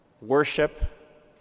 worship